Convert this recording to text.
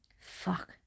fuck